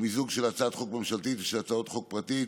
שהיא מיזוג של הצעת חוק ממשלתית ושל הצעת חוק פרטית